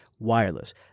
Wireless